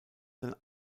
sein